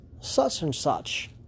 such-and-such